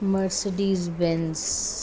Mercedes Benz